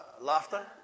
laughter